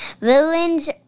villains